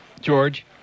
George